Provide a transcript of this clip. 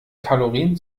kalorien